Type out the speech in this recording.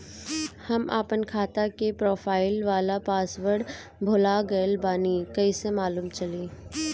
हम आपन खाता के प्रोफाइल वाला पासवर्ड भुला गेल बानी कइसे मालूम चली?